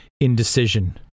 indecision